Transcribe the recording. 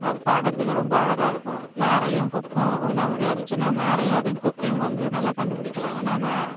அது பார்க்கறதுக்கு ரொம்ப அழகாக இருக்கும் நாரையும் கொக்கும் ஒன்றா விளையாடிச்சுன்னா நாரையும் அதையும் கொக்கையும் வந்து நல்லா கண்டுபிடிக்கலாம் ஏன்னால் நான்